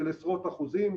של עשרות אחוזים,